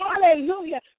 hallelujah